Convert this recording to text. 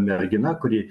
mergina kuri